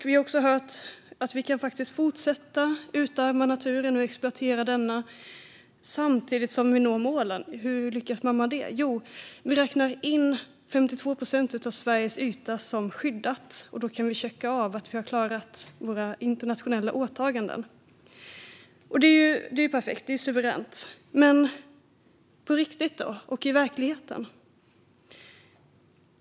Vi har också hört att vi faktiskt kan fortsätta att utarma naturen och exploatera den samtidigt som vi når målen. Hur lyckas vi med detta? Jo, genom att räkna in 52 procent av Sveriges yta som skyddad. Då kan vi checka av att vi har klarat våra internationella åtaganden. Det är ju perfekt - suveränt - men på riktigt då, i verkligheten?